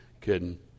kidding